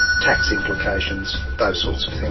tax implications, those sorts of things.